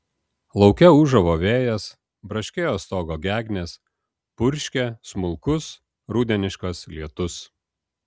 lauke ūžavo vėjas braškėjo stogo gegnės purškė smulkus rudeniškas lietus